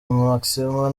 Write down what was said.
maximo